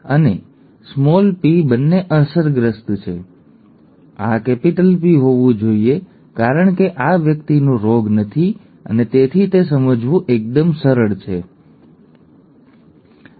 આ બંને અસરગ્રસ્ત છે અને આ કેપિટલ પી હોવું જોઈએ કારણ કે આ વ્યક્તિને રોગ નથી અને તેથી તે સમજવું એકદમ સરળ છે કે શા માટે આ પણ કેપિટલ P સ્મોલ p હોવું જોઈએ કારણ કે વ્યક્તિને આ રોગ નથી